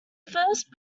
first